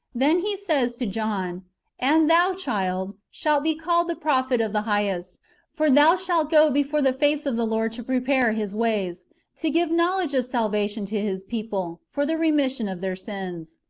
then he says to john and thou, child, shalt be called the prophet of the highest for thou shalt go before the face of the lord to prepare his ways to give knowledge of salvation to his people, for the remission of their sins.